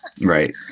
Right